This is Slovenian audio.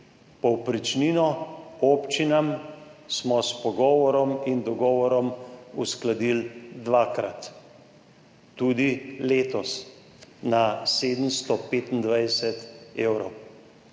povprečnino občinam smo s pogovorom in dogovorom uskladili dvakrat, tudi letos na 725 evrov.